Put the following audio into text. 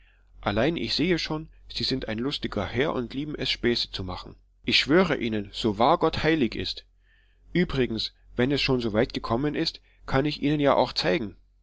allein ich sehe schon sie sind ein lustiger herr und lieben es späße zu machen ich schwöre ihnen so wahr gott heilig ist übrigens wenn es schon soweit gekommen ist kann ich ihnen ja auch zeigen